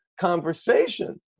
conversation